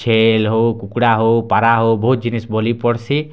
ଛେଲ୍ ହେଉ କୁକୁଡ଼ା ହେଉ ପାରା ହେଉ ବହୁତ୍ ଜିନିଷ ବଲି ପଡ଼୍ସି